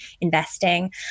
investing